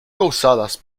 causadas